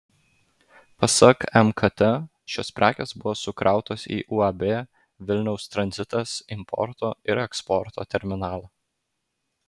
pasak mkt šios prekės buvo sukrautos į uab vilniaus tranzitas importo ir eksporto terminalą